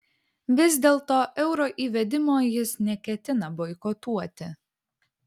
vis dėlto euro įvedimo jis neketina boikotuoti